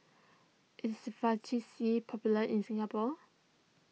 is Vagisil popular in Singapore